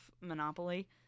Monopoly